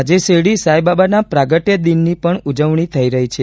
આજે શિરડી સાંઇ બાબાના પ્રાગટય દિનની પણ ઉજવણી થઇ રહી છે